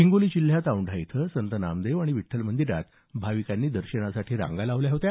हिंगोली जिल्ह्यात औंढा इथं संत नामदेव आणि विठ्ठल मंदिरात भाविकांनी दर्शनासाठी रांगा लावल्या होत्या